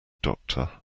doctor